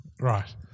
Right